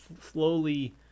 slowly